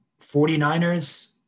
49ers